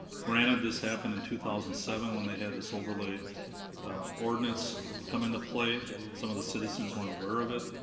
granted, this happened in two thousand and seven when they had this overlay ordinance come into play. some of the citizens weren't aware of it,